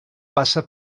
passa